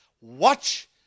Watch